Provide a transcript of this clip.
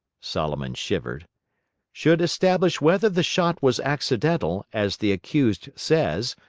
solomon shivered should establish whether the shot was accidental, as the accused says,